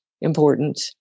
important